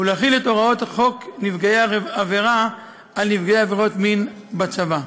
ולהחיל את הוראות חוק נפגעי עבירה על נפגעי עבירות מין בצבא.